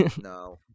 No